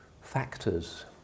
factors